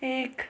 एक